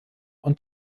und